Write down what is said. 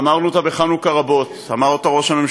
אמרנו